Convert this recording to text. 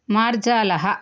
मार्जालः